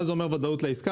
מה זה אומר ודאות לעסקה?